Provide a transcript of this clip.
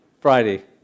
Friday